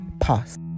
past